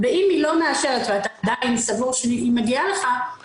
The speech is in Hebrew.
אבל החוק גם מגדיר מאוד יפה שמעבר לבירור של התלונות של